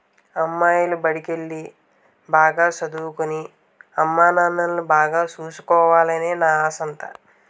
అమ్మాయి బడికెల్లి, బాగా సదవి, అమ్మానాన్నల్ని బాగా సూసుకోవాలనే నా ఆశంతా